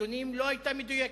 הנתונים לא היתה מדויקת.